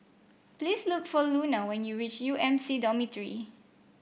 please look for Luna when you reach U M C Dormitory